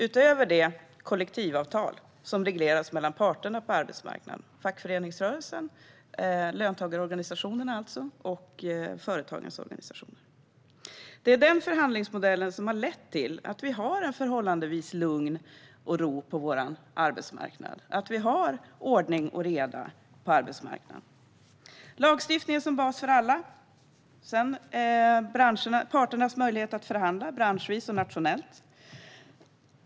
Utöver detta har vi kollektivavtal som regleras mellan parterna på arbetsmarknaden, det vill säga löntagarorganisationerna och företagens organisationer. Det är denna förhandlingsmodell som har lett till att vi har förhållandevis mycket lugn och ro samt ordning och reda på vår arbetsmarknad. Vi har alltså en lagstiftning som bas för alla och därutöver parternas möjlighet att förhandla branschvis och nationellt.